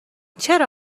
چرا